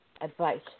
advice